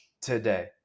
today